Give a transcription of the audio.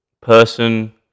person